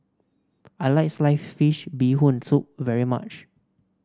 I like Sliced Fish Bee Hoon Soup very much